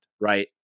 right